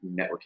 networking